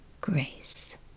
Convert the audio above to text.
grace